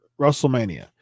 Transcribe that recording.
WrestleMania